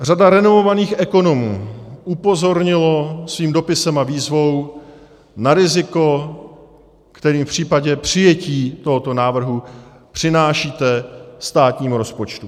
Řada renomovaných ekonomů upozornila svým dopisem a výzvou na riziko, které v případě přijetí tohoto návrhu přinášíte státnímu rozpočtu.